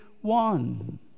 one